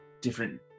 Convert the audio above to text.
different